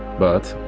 but,